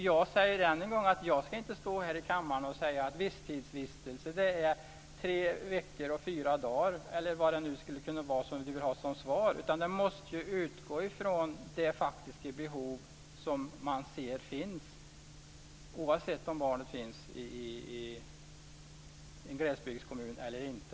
Jag säger än en gång att jag inte här i kammaren ska säga att visstidsvistelse är tre veckor och fyra dagar, eller vilket annat svar som efterfrågas, utan den måste utgå från det faktiska behov som finns, oavsett om barnet finns i en glesbygdskommun eller inte.